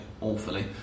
awfully